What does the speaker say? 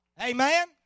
Amen